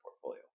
portfolio